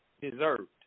Deserved